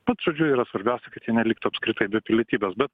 pats žodžiu yra svarbiausia kad jie neliktų apskritai be pilietybės bet